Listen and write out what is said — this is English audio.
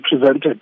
presented